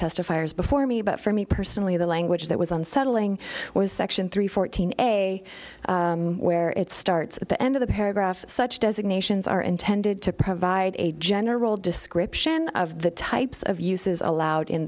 testifiers before me but for me personally the language that was unsettling was section three fourteen a where it starts at the end of the paragraph such designations are intended to provide a general description of the types of uses allowed in